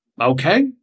Okay